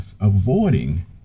avoiding